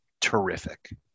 terrific